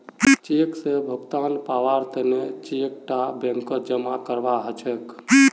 cheque स भुगतान पाबार तने चेक टा बैंकत जमा करवा हछेक